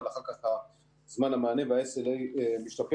אבל אחר כך זמן המענה וה-SLA משתפר.